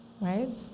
right